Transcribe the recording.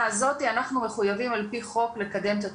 הזאת אנחנו מחויבים על פי חוק לקדם את התכנית.